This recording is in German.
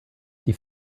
die